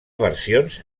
versions